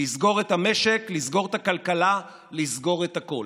לסגור את המשק, לסגור את הכלכלה, לסגור את הכול.